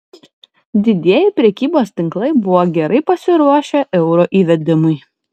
didieji prekybos tinklai buvo gerai pasiruošę euro įvedimui